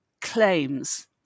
claims